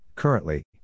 Currently